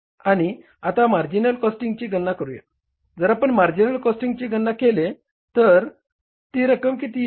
आणि आता मार्जिनल कॉस्टिंगची गणना करूया जर आपण मार्जिनल कॉस्टिंगची गणना केली तर ती रक्कम येईल